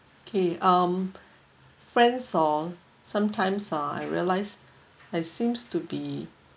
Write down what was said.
okay um friends [ho] sometimes ah I realise they seems to be